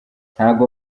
ntago